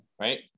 right